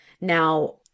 Now